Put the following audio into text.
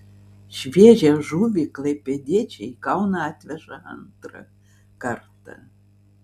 šviežią žuvį klaipėdiečiai į kauną atveža antrą kartą